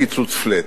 קיצוץ flat?